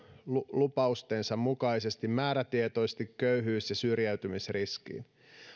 lupaustensa mukaisesti määrätietoisesti köyhyys ja syrjäytymisriskiin